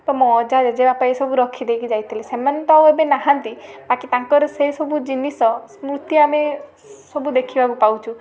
ତ ମୋ ଅଜା ଜେଜେ ବାପା ଏହି ସବୁ ରଖି ଦେଇକି ଯାଇଥିଲେ ସେମାନେ ତ ଆଉ ଏବେ ନାହାଁନ୍ତି ବାକି ତାଙ୍କର ସେଇ ସବୁ ଜିନିଷ ସ୍ମୃତି ଆମେ ସବୁ ଦେଖିବାକୁ ପାଉଛୁ